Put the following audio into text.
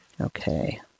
Okay